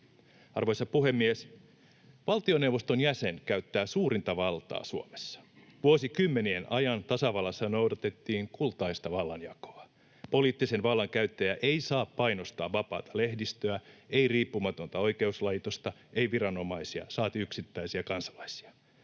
Arvoisa puhemies! Valtioneuvoston jäsen käyttää suurinta valtaa Suomessa. Vuosikymmenien ajan tasavallassa noudatettiin kultaista vallanjakoa. Poliittisen vallan käyttäjä ei saa painostaa vapaata lehdistöä, ei riippumatonta oikeuslaitosta, ei viranomaisia, saati yksittäisiä kansalaisia.